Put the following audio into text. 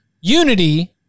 unity